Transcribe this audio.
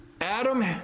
Adam